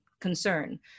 Concern